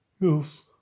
Yes